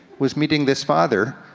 was meeting this father,